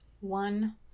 One